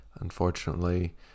Unfortunately